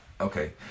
Okay